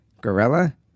gorilla